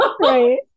Right